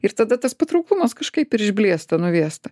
ir tada tas patrauklumas kažkaip ir išblėsta nuvėsta